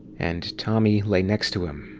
and tommy lay next to him,